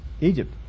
Egypt